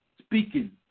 speaking